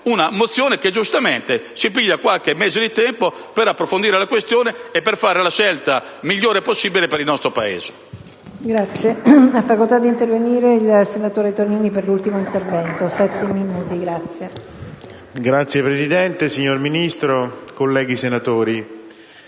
una mozione che giustamente chiede che si prenda qualche mese di tempo per approfondire la questione e fare la scelta migliore possibile per il nostro Paese.